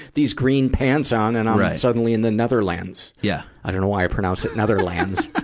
these green pants on and i'm suddenly in the netherlands? yeah i dunno why i pronounced it netherlands.